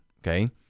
Okay